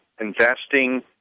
investing